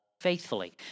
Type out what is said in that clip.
faithfully